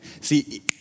see